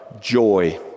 joy